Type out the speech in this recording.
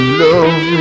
love